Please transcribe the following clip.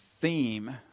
theme